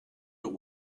but